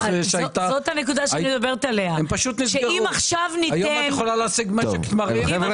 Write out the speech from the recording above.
היום את יכולה להשיג משק תמרים בקלות.